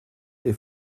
est